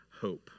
hope